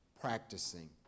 practicing